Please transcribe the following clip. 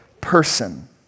person